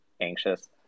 anxious